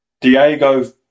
Diego